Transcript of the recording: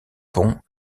pont